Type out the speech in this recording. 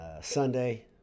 Sunday